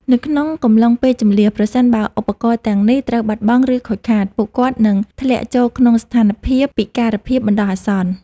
នៅក្នុងកំឡុងពេលជម្លៀស ប្រសិនបើឧបករណ៍ទាំងនេះត្រូវបាត់បង់ ឬខូចខាត ពួកគាត់នឹងធ្លាក់ចូលក្នុងស្ថានភាព ពិការភាពបណ្ដោះអាសន្ន។